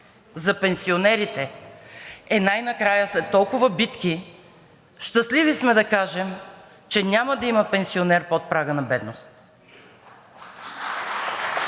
За пенсионерите. Е, най-накрая след толкова битки сме щастливи да кажем, че няма да има пенсионер под прага на бедност